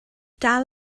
dal